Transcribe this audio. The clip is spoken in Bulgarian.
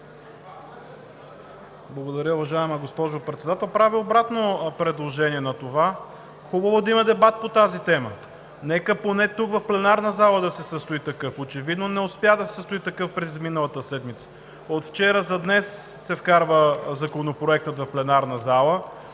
Благодаря Ви, уважаема госпожо Председател. Правя обратно предложение на това. Хубаво е да има дебат по тази тема – нека поне тук, в пленарната зала, да се състои такъв. Очевидно не успя да се състои такъв през миналата седмица. Законопроектът се вкарва от вчера за днес в пленарната зала